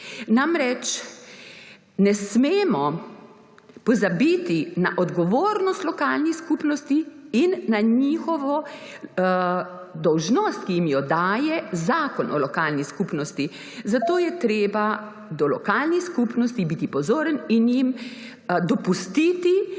Namreč, ne smemo pozabiti na odgovornost lokalnih skupnosti in na njihovo dolžnost, ki jim jo daje Zakon o lokalni skupnosti. Zato je treba do lokalnih skupnosti biti pozoren in jim dopustiti,